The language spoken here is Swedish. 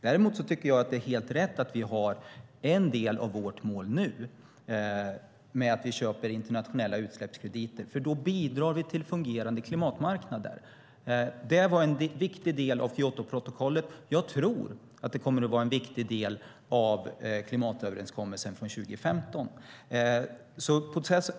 Däremot tycker jag att det är helt rätt att vi har en del av vårt mål nu, med att vi köper internationella utsläppskrediter, för då bidrar vi till fungerande klimatmarknader. Det var en viktig del av Kyotoprotokollet. Jag tror att det kommer att vara en viktig del av klimatöverenskommelsen från 2015.